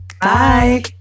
Bye